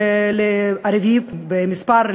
הרביעי במספר,